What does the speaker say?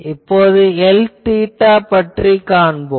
இப்போது Lθ பற்றி பார்போம்